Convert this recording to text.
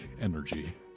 energy